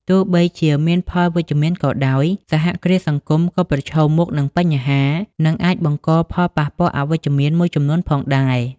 ទោះបីជាមានផលវិជ្ជមានក៏ដោយ សហគ្រាសសង្គមក៏ប្រឈមមុខនឹងបញ្ហា និងអាចបង្កផលប៉ះពាល់អវិជ្ជមានមួយចំនួនផងដែរ។